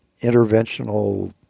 interventional